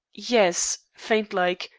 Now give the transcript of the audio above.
yes, faint-like.